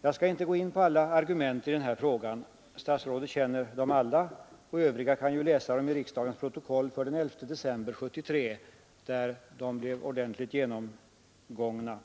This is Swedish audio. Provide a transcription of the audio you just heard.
Jag skall inte gå in på alla argument i den här frågan. Statsrådet känner dem alla, och övriga kan läsa dem i riksdagens protokoll för den 11 december 1973 där de blev ordentligt genomgångna.